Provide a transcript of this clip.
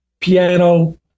piano